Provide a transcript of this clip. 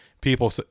People